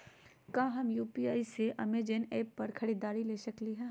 का हम यू.पी.आई से अमेजन ऐप पर खरीदारी के सकली हई?